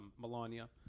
Melania